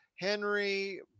Henry